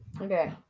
Okay